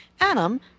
Adam